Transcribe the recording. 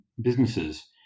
businesses